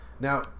Now